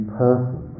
person